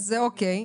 אוקיי.